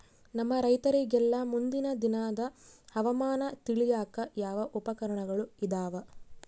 ನಮ್ಮ ರೈತರಿಗೆಲ್ಲಾ ಮುಂದಿನ ದಿನದ ಹವಾಮಾನ ತಿಳಿಯಾಕ ಯಾವ ಉಪಕರಣಗಳು ಇದಾವ?